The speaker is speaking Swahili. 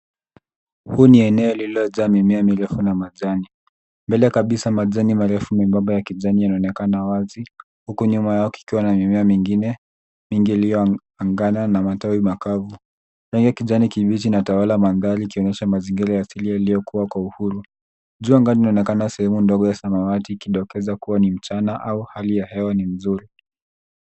Huu ni eneo liliojaa mimea iliyo na majani. Mbele kabisa majani marefu nyembamba yanaonekana wazi huku nyuma yao kukiwa na mimea mengine mingi iliyoangana na matawi makavu. Rangi kijani kibichi inatawala mandhari ikiashiria mazingira asili yaliyokuwa kwa uhuru. Juu angani kunaonekana sehemu ndogo ya samawati ikidokeza kuwa ni mchana au hali ya hewa ni mzuri